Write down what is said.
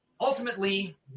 ultimately